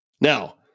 Now